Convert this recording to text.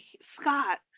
Scott